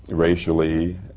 racially